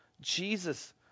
Jesus